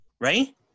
Right